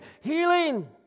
healing